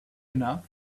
enough